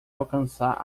alcançar